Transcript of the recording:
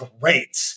great